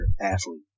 athlete